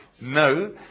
no